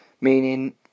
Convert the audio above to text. meaning